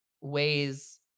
ways